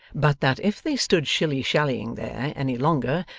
but that if they stood shilly-shallying there, any longer,